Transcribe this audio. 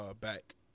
back